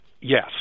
Yes